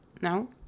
no